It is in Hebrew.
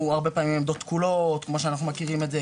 הרבה פעמים העמדות תקולות לפי מה שאנחנו מבינים,